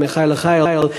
מחיל אל חיל,